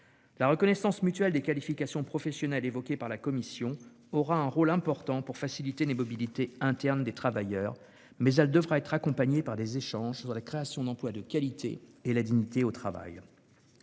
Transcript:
La reconnaissance mutuelle des qualifications professionnelles évoquée par la Commission est importante pour faciliter les mobilités internes des travailleurs, mais elle devra s'accompagner d'échanges sur la création d'emplois de qualité et sur la dignité au travail.